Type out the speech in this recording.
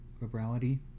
liberality